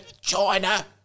China